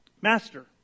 master